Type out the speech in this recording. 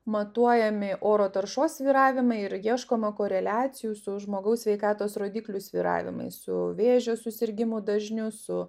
matuojami oro taršos svyravimai ir ieškoma koreliacijų su žmogaus sveikatos rodiklių svyravimais su vėžio susirgimų dažniu su